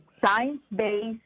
science-based